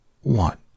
what